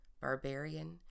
barbarian